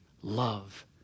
love